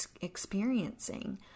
experiencing